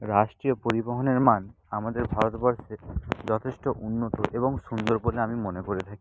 রাষ্ট্রীয় পরিবহনের মান আমাদের ভারতবর্ষে যথেষ্ট উন্নত এবং সুন্দর বলে আমি মনে করে থাকি